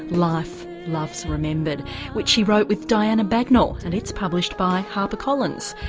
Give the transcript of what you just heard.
life, loves remembered which she wrote with diana bagnall, and it's published by harper collins.